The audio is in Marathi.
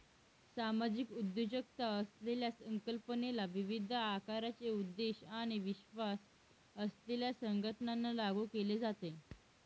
सामाजिक उद्योजकता असलेल्या संकल्पनेला विविध आकाराचे उद्देश आणि विश्वास असलेल्या संघटनांना लागू केले जाते